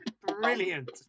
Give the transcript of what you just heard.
brilliant